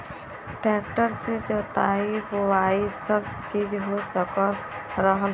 tractor से जोताई बोवाई सब चीज हो रहल हौ